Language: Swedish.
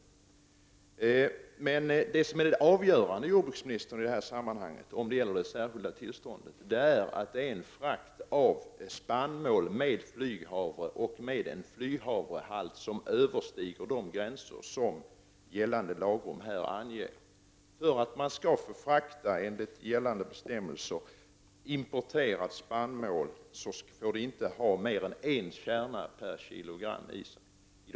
Men det avgörande i fråga om det särskilda tillståndet, jordbruksministern, är att det är fråga om en frakt av spannmål med en flyghavrehalt, som överstiger de gränser som gällande lagrum anger. För att man enligt gällande bestämmelser skall få frakta importerat spannmål får det inte innehålla mer än en kärna flyghavre per kilo.